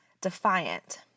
Defiant